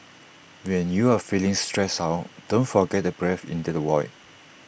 when you are feeling stressed out don't forget to breathe into the void